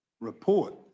Report